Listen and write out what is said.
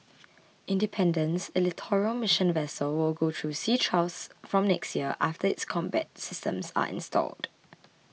independence a littoral mission vessel will go through sea trials from next year after its combat systems are installed